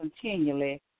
continually